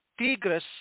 Tigres